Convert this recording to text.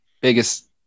biggest –